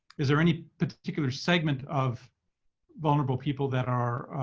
is there any particular segment of vulnerable people that are